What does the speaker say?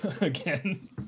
again